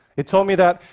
it taught me that,